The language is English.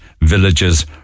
villages